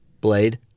blade